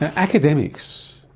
and academics,